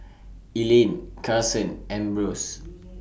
Elayne Karson and Ambrose